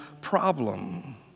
problem